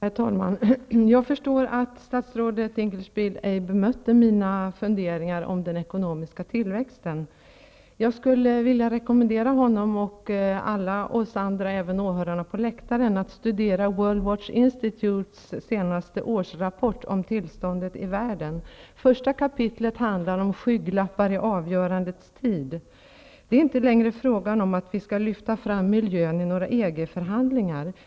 Herr talman! Jag förstår att statsrådet Dinkelspiel ej bemötte mina funderingar om den ekonomiska tillväxten. Jag skulle vilja rekommendera honom och övriga i kammaren, och även åhörarna på läktaren, att studera World Watch Institut senaste årsrapport om tillståndet i världen. Första kapitlet handlar om skygglappar i avgörandets tid. Det är inte längre fråga om att lyfta fram miljön i några EG-förhandlingar.